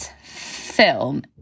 film